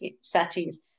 settings